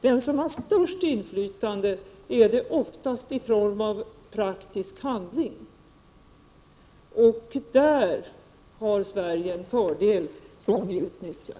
Den som har störst inflytande har det oftast i form av praktisk handling och där har Sverige en fördel som vi utnyttjar.